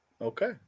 Okay